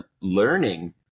learning